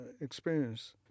experience